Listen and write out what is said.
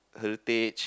heritage